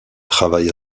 travaille